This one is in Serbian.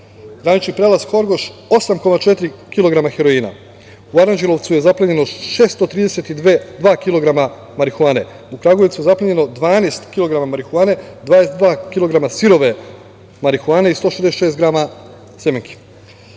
granični prelaz Horgoš 8,4 kg heroina. U Aranđelovcu je zaplenjeno 632 kg marihuane, u Kragujevcu zaplenjeno 12 kg marihuane, 22 kg sirove marihuane i 166 grama